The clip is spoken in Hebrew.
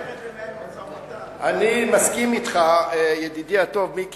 דן שואל: היעלה על הדעת שיש אנשים כאלה בקדימה,